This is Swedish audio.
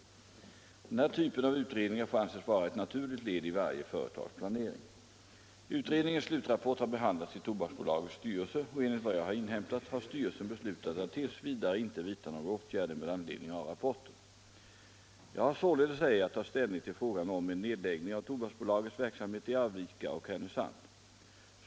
Den här typen av utredningar får anses vara ett naturligt led i varje företags planering. Utredningens slutrapport har behandlats i Tobaksbolagets styrelse och enligt vad jag har inhämtat har styrelsen beslutat att t. v. inte vidta några åtgärder med anledning av rapporten. Jag har således ej att ta ställning till frågan om en nedläggning av Tobaksbolagets verksamhet i Arvika och Härnösand.